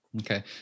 Okay